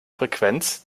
frequenz